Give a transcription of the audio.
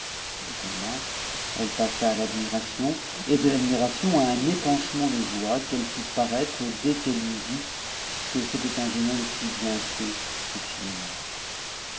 de l'étonnement cite passa à l'admiration et de l'admiration à un épanchement de joie qu'c fit paraître dès qu'elle eut vu que c'était un jeune homme si bien fait et si aimable